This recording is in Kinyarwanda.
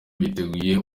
biteguye